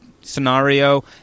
scenario